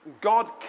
God